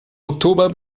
oktober